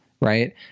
right